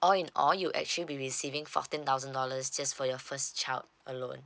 all in all you actually be receiving fourteen thousand dollars just for your first child alone